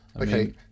Okay